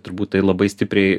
turbūt tai labai stipriai